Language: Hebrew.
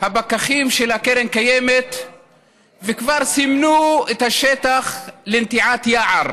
הפקחים של קרן הקיימת וכבר סימנו את השטח לנטיעת יער